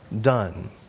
done